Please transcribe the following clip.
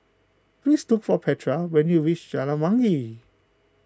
please look for Petra when you reach Jalan Wangi